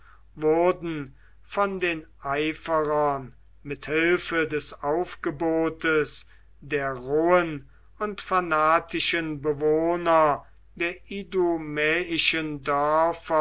wurden von den eiferern mit hilfe des aufgebotes der rohen und fanatischen bewohner der